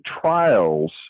trials